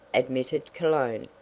admitted cologne.